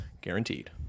guaranteed